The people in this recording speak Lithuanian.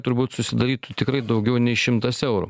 turbūt susidarytų tikrai daugiau nei šimtas eurų